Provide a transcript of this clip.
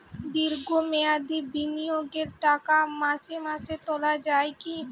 দীর্ঘ মেয়াদি বিনিয়োগের টাকা মাসে মাসে তোলা যায় কি?